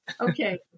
Okay